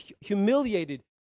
humiliated